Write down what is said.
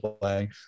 playing